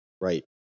Right